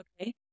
Okay